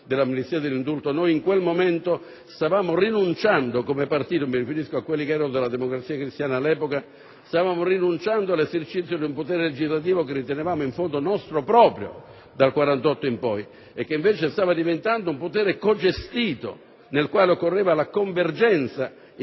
in quel momento stavamo rinunciando come partito (mi riferisco a quelli che erano nella Democrazia Cristiana all'epoca) all'esercizio di un potere legislativo che ritenevamo in fondo nostro proprio dal 1948 in poi e che invece stava diventando un potere cogestito nel quale occorreva la convergenza all'epoca